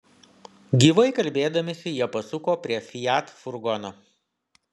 gyvai kalbėdamiesi jie pasuko prie fiat furgono